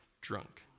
drunk